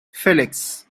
felix